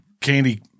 candy